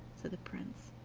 said the prince,